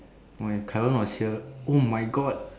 my current was here oh my God